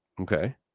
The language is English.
Okay